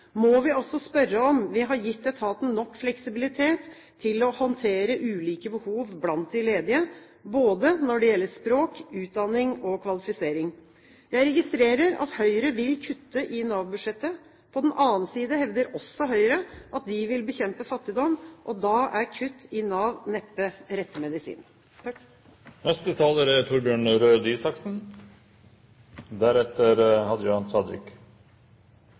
må vi også spørre om vi har gitt etaten nok fleksibilitet til å håndtere ulike behov blant de ledige, både når det gjelder språk, utdanning og kvalifisering. Jeg registrerer at Høyre vil kutte i Nav-budsjettet. På den annen side hevder også Høyre at de vil bekjempe fattigdom. Da er kutt i Nav neppe